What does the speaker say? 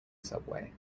subway